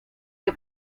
que